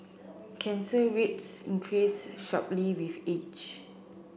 cancer rates increase sharply with age